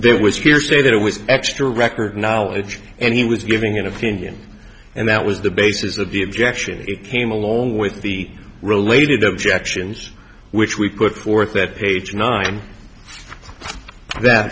there was hearsay that it was extra record knowledge and he was giving an opinion and that was the basis of the objection it came along with the related objections which we put forth that age nine that